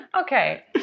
Okay